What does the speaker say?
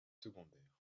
secondaires